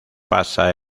pasa